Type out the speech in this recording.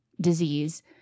disease